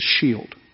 shield